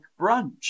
brunch